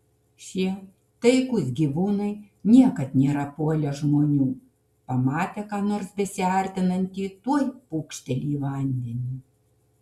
šie taikūs gyvūnai niekad nėra puolę žmonių pamatę ką nors besiartinantį tuoj pūkšteli į vandenį